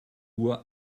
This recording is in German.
uhr